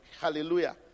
Hallelujah